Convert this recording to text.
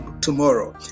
tomorrow